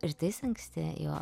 rytais anksti jo